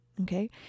Okay